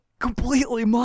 completely